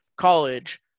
college